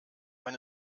wenn